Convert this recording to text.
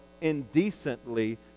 indecently